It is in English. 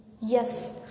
Yes